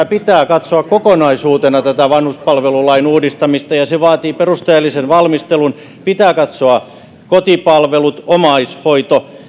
pitää katsoa kokonaisuutena tätä vanhuspalvelulain uudistamista ja se vaatii perusteellisen valmistelun pitää katsoa kotipalvelut omaishoito